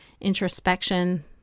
introspection